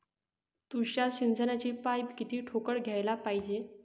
तुषार सिंचनाचे पाइप किती ठोकळ घ्याले पायजे?